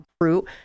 fruit